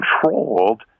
controlled